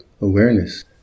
awareness